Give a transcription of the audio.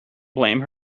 blame